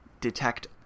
detect